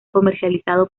comercializado